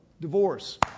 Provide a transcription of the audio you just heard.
Divorce